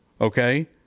okay